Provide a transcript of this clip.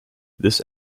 this